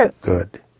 Good